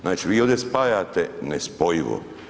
Znači vi ovdje spajate nespojivo.